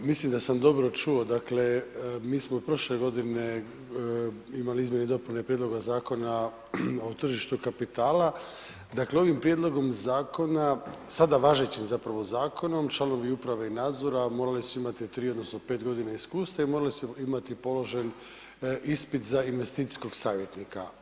Mislim da sam dobro čuo, dakle, mi smo prošle godine imali izmjene i dopune prijedloga Zakona o tržištu kapitala, dakle ovim prijedlogom zakona sada važećim zapravo zakonom, članovi uprave i nadzora, morali su imati 3 odnosno 5 godina iskustva i morali su imati položen ispit za investicijskog savjetnika.